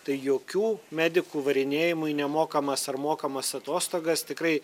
tai jokių medikų varinėjimų į nemokamas ar mokamas atostogas tikrai